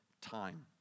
time